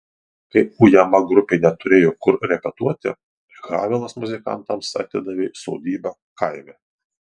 kai ujama grupė neturėjo kur repetuoti havelas muzikantams atidavė sodybą kaime